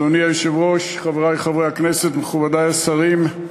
אדוני היושב-ראש, חברי חברי הכנסת, מכובדי השרים,